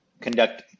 conduct